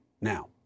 now